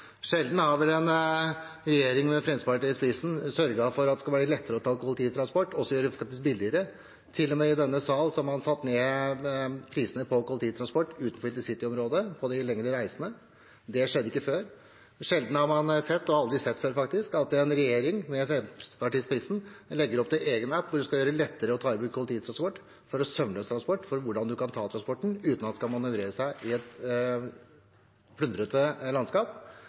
Sjelden har vel en regjering, med Fremskrittspartiet i spissen, sørget for at det skal være lettere å ta kollektivtransport, og gjør det faktisk billigere. Til og med i denne sal har man satt ned prisene på kollektivtransport utenfor intercityområdet på de lengre reisene. Det skjedde ikke før. Og sjelden har man sett – eller aldri før, faktisk – at en regjering, med Fremskrittspartiet i spissen, legger opp til en egen app for å gjøre det lettere å ta i bruk kollektivtransport, for sømløs transport og for hvordan man kan ta transporten uten å manøvrere i et plundrete landskap.